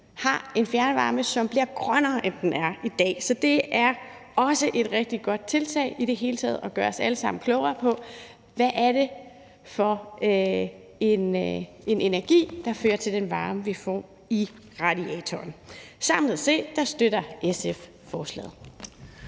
at ens fjernvarme bliver grønnere, end den er i dag. Så det er også et rigtig godt tiltag i det hele taget at gøre os alle sammen klogere på, hvad det er for en energi, der fører til den varme, vi får i radiatoren. Samlet set støtter SF forslaget.